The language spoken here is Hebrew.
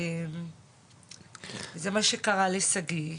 זה מה שקרה לשגיא.